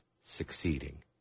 succeeding